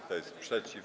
Kto jest przeciw?